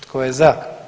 Tko je za?